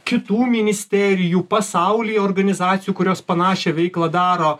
kitų ministerijų pasaulyje organizacijų kurios panašią veiklą daro